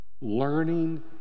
learning